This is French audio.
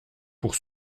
pour